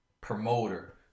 promoter